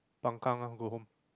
pang gang ah go home